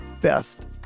best